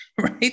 right